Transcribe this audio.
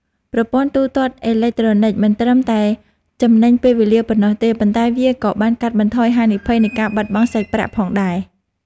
ប្រព័ន្ធទូទាត់អេឡិចត្រូនិកមិនត្រឹមតែចំណេញពេលវេលាប៉ុណ្ណោះទេ ប៉ុន្តែវាក៏បានកាត់បន្ថយហានិភ័យនៃការបាត់បង់សាច់ប្រាក់ផងដែរ។